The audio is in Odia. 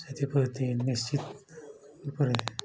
ସେଥିପ୍ରତି ନିଶ୍ଚିତଭାବରେ